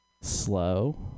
slow